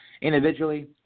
individually